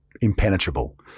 impenetrable